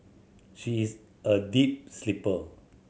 she is a deep sleeper